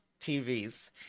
TVs